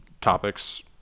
topics